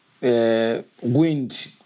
wind